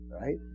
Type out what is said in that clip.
Right